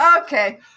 okay